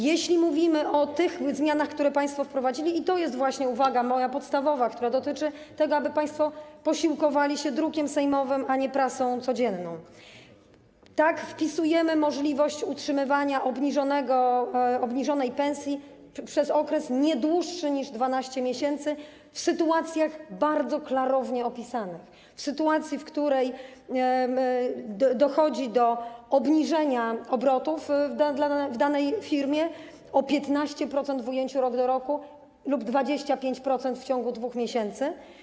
Jeśli mówimy o tych zmianach, które państwo wprowadzili - i to jest moja podstawowa uwaga, która dotyczy tego, aby państwo posiłkowali się drukiem sejmowym, a nie prasą codzienną - tak, wpisujemy możliwość utrzymywania obniżonej pensji przez okres nie dłuższy niż 12 miesięcy, w sytuacjach bardzo klarownie opisanych, w sytuacji, w której dochodzi do obniżania obrotów w danej firmie o 15% w ujęciu rok do roku lub 25% w ciągu 2 miesięcy.